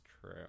true